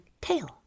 tail